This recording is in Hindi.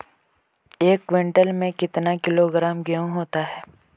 एक क्विंटल में कितना किलोग्राम गेहूँ होता है?